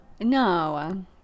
No